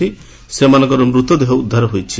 ସେମାନଙ୍କ ମୃତଦେହ ଉଦ୍ଧାର ହୋଇଛି